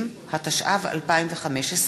התשע"ו 2015,